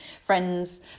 friends